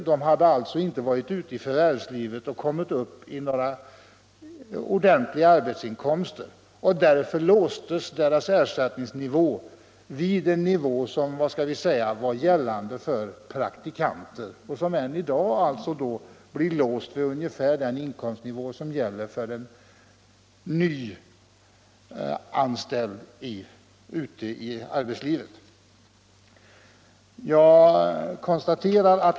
De hade alltså inte varit ute i förvärvslivet och nått upp till några ordentliga arbetsinkomster. Därför låstes deras ersättning vid en nivå som var gällande för praktikanter. Än i dag är inkomsten låst vid den nivå som gäller för en nyanställd ute i arbetslivet.